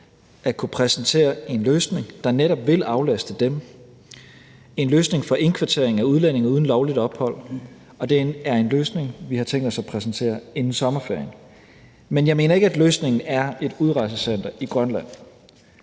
at kunne præsentere en løsning, som netop vil aflaste dem, nemlig en løsning for indkvartering af udlændinge uden lovligt ophold, og det er en løsning, som vi har tænkt os at præsentere inden sommerferien. Men jeg mener ikke, at løsningen er et udrejsecenter i Grønland.